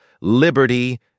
liberty